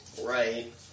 Right